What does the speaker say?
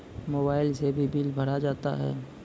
Mobile से भी bill भरा जाता हैं?